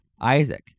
Isaac